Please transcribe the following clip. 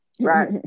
right